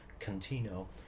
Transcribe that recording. Cantino